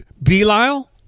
Belial